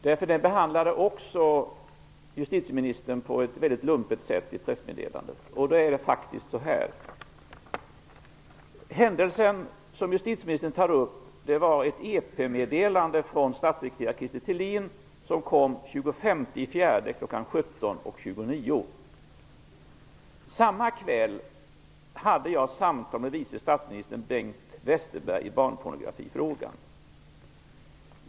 Detta behandlade justitieministern också på ett mycket lumpet sätt i pressmeddelandet. Det är faktiskt så här: Händelsen som justitieministern tar upp gällde ett EP-meddelande från statssekreterare Krister Thelin. Det kom den 25 april, kl. 17.29. Samma kväll hade jag samtal med vice statsministern Bengt Westerberg i barnpornografifrågan.